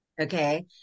Okay